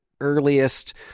earliest